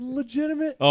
legitimate